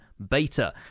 beta